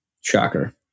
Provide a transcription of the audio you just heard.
shocker